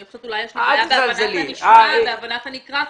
חושבת שאולי בעיה בהבנת הנשמע ובהבנת הנקרא.